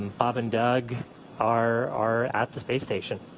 bob and doug are are at the space station.